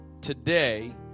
today